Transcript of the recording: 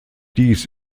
dies